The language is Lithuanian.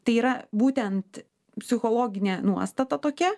tai yra būtent psichologinė nuostata tokia